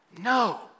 No